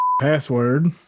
password